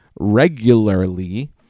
regularly